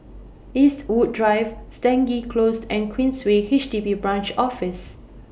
Eastwood Drive Stangee Close and Queensway H D B Branch Office